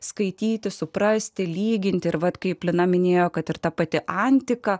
skaityti suprasti lyginti ir vat kaip lina minėjo kad ir ta pati antika